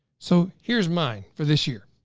so here's mine for this year.